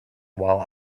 while